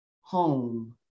home